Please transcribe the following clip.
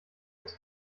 als